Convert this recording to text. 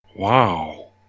Wow